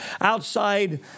outside